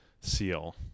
seal